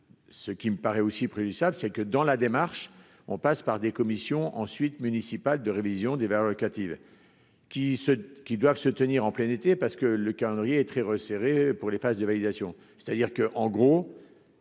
ce qui me paraît aussi préjudiciable, c'est que dans la démarche, on passe par des commissions ensuite de révision des valeurs locatives qui se qui doivent se tenir en plein été, parce que le calendrier est très resserré pour les phases de validation, c'est-à-dire que, en gros,